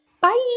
Bye